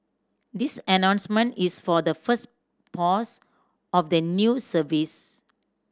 this announcement is for the first pose of the new service